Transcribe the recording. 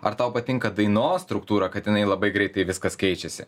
ar tau patinka dainos struktūra kad tenai labai greitai viskas keičiasi